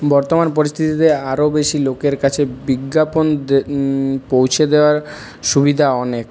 বর্তমান পরিস্থিতিতে আরও বেশি লোকের কাছে বিজ্ঞাপন পৌঁছে দেওয়ার সুবিধা অনেক